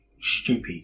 stupid